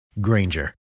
Granger